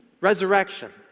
resurrection